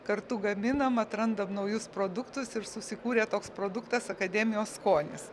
kartu gaminam atrandam naujus produktus ir susikūrė toks produktas akademijos skonis